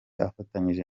afatanyije